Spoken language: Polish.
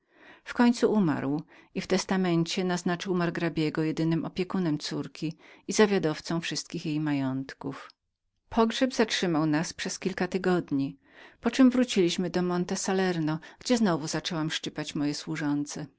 chwilę nareszcie umarł i w testamencie naznaczył margrabiego jedynym opiekunem córki i zawiadowcą wszelkich ziemskich i ruchomych majątków pogrzeb zatrzymał nas przez kilka tygodni po czem wróciliśmy do monte salerno gdzie znowu zaczęłam męczyć moje służące